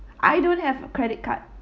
I don't have a credit card